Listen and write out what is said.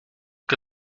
que